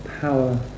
power